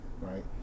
right